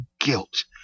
guilt